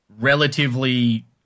relatively